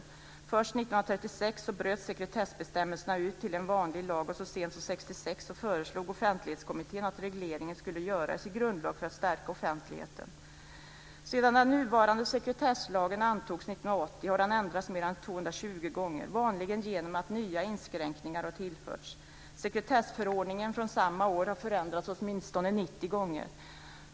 Först 1936 bröts sekretessbestämmelserna ut till en vanlig lag, och så sent som 1966 föreslog Offentlighets och sekretesskommittén att regleringen skulle göras i grundlag för att stärka offentligheten. har den ändrats mer än 220 gånger, vanligen genom att nya inskränkningar har tillförts. Sekretessförordningen från samma år har förändrats åtminstone 90 gånger.